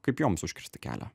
kaip joms užkirsti kelią